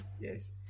Yes